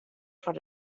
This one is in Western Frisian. foar